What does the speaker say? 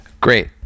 Great